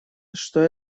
что